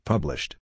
Published